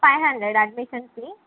five hundred admission fee